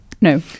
No